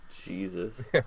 Jesus